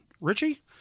Richie